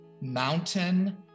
mountain